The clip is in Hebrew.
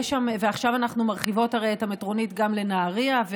עכשיו אנחנו מרחיבות הרי את המטרונית גם לנהריה,